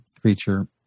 creature